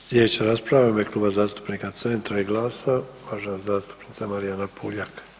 Slijedeća rasprava u ime Kluba zastupnika Centra i GLAS-a uvažena zastupnica Marijana Puljak.